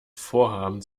vorhaben